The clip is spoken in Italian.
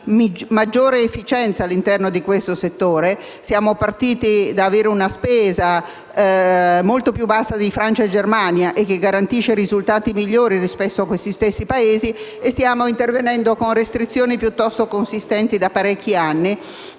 maggiore efficienza all'interno di questo settore. Siamo partiti da una spesa molto più bassa di quella di Francia e Germania e che garantiva risultati migliori rispetto a tali Paesi, ma stiamo intervenendo con restrizioni piuttosto consistenti da parecchi anni,